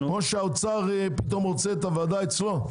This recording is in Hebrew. או שהאוצר פתאום רוצה את הוועדה אצלו?